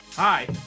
Hi